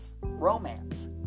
romance